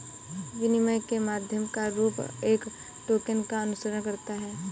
विनिमय के माध्यम का रूप एक टोकन का अनुसरण करता है